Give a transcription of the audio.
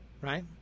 Right